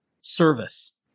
service